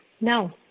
no